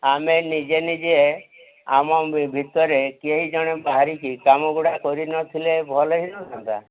ଆମେ ନିଜେ ନିଜେ ଆମ ଭି ଭିତରେ କେହି ଜଣେ ବାହାରିକି କାମ ଗୁଡ଼ାକ କରି ନଥିଲେ ଭଲ ହୋଇ ନ ଥାଆନ୍ତା